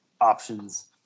options